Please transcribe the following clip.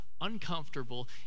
uncomfortable